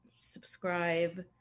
subscribe